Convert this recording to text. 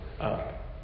up